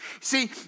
See